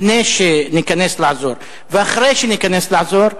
לפני שניכנס לעזור ואחרי שניכנס לעזור,